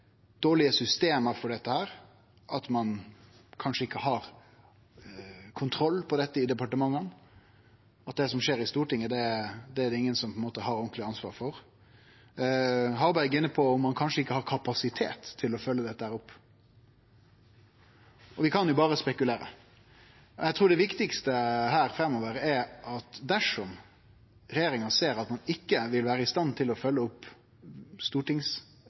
dårlege system for dette? Har ein kanskje ikkje kontroll på dette i departementa – det som skjer i Stortinget, er det ingen som har ordentleg ansvar for? Representanten Svein Harberg var inne på at ein kanskje ikkje har kapasitet til å følgje dette opp. Vi kan berre spekulere. Eg trur det viktigaste framover er at dersom regjeringa ser at dei ikkje vil vere i stand til å følgje opp